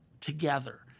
together